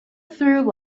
through